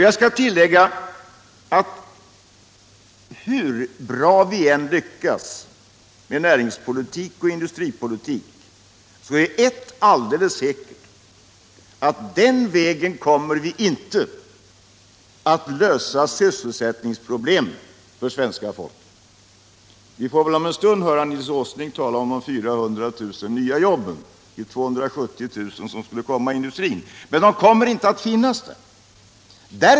Jag skall tillägga att hur bra vi än lyckas med näringspolitik och industripolitik är ett alldeles säkert, nämligen att vi den vägen inte kommer att lösa svenska folkets sysscelsättningsproblem. Vi får om en stund höra Nils Åsling tala om de 400 000 nya jobben och de 270 000 jobb som skulle ha skapats inom industrin. Men de kommer inte att finnas där.